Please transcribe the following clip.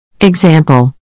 Example